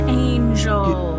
angel